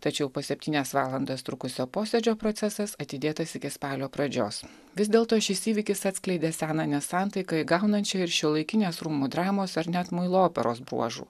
tačiau po septynias valandas trukusio posėdžio procesas atidėtas iki spalio pradžios vis dėlto šis įvykis atskleidė seną nesantaiką įgaunančią ir šiuolaikinės rūmų dramos ar net muilo operos bruožų